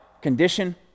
condition